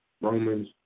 Romans